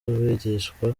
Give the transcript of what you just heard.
bigishwa